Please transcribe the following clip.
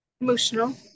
emotional